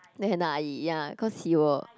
then I ya cause he will